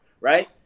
right